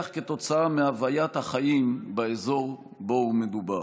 כתוצאה מהוויית החיים באזור שבו הוא מדובר.